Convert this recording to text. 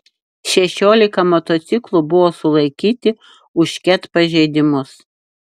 šešiolika motociklų buvo sulaikyti už ket pažeidimus